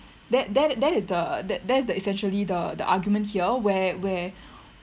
that that that is the that is essentially the the argument here where where